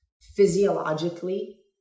Physiologically